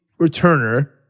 returner